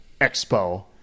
Expo